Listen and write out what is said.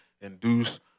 induce